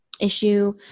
issue